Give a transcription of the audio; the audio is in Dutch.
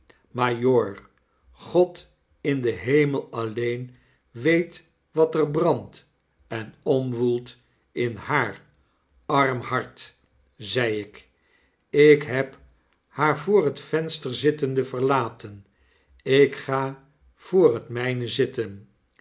majoor god in den hemel alleen weet wat er brandt en omwoelt in haar arm hart zei ik lk heb haar voor het venster zittende verlaten ik ga voor het myne zitten